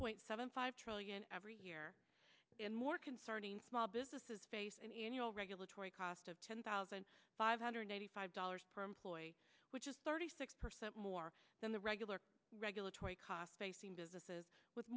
point seven five trillion every year more concerning small businesses face an annual regulatory cost of ten thousand five hundred eighty five dollars per employee which is thirty six percent more than the regular regulatory cost facing businesses with